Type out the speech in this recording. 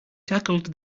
tackled